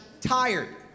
tired